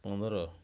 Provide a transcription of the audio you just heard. ପନ୍ଦର